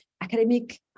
academic